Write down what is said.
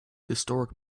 historic